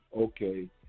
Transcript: okay